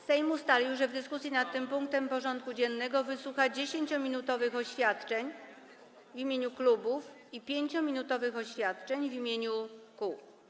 Sejm ustalił, że w dyskusji nad tym punktem porządku dziennego wysłucha 10-minutowych oświadczeń w imieniu klubów i 5-minutowych oświadczeń w imieniu kół.